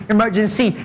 Emergency